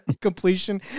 completion